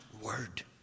word